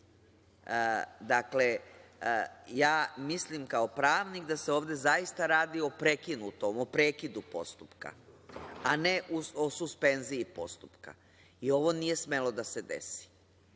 pravnik, ja mislim da se ovde zaista radi o prekinutom, o prekidu postupka, a ne o suspenziji postupka. I ovo nije smelo da se desi.